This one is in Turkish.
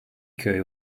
köy